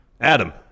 Adam